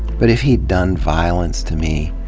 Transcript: but if he'd done violence to me,